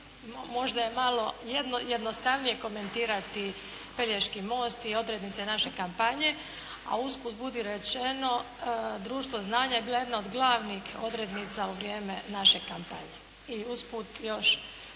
možda je malo jednostavnije komentirati Pelješki most i odrednice naše kampanje, a usput budi rečeno, društvo znanja je bila jedna od glavnih odrednica u vrijeme naše kampanje.